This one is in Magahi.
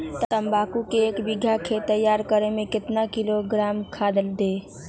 तम्बाकू के एक बीघा खेत तैयार करें मे कितना किलोग्राम खाद दे?